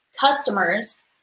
customers